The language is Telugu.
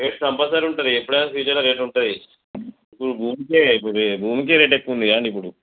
రేట్లు కంపల్సరీ ఉంటుంది ఎప్పుడైనా ఫ్యూచర్లో రేట్లు ఉంటుంది ఇప్పుడు భూమికే భూమికే రేట్ ఎక్కువగా ఉంది కదండీ ఇప్పుడు